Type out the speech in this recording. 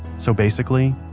so basically,